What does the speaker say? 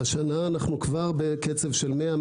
והשנה אנחנו כבר בקצב של 100,000,